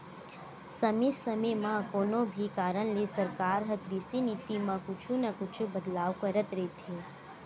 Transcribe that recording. समे समे म कोनो भी कारन ले सरकार ह कृषि नीति म कुछु न कुछु बदलाव करत रहिथे